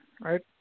right